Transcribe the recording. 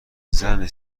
زنی